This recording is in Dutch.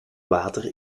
water